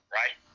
right